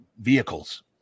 vehicles